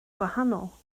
gwahanol